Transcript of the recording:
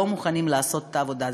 לא מוכנים לעשות את העבודה הזאת.